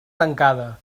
tancada